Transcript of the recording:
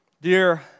Dear